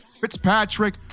fitzpatrick